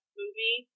movie